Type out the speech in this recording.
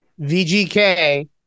VGK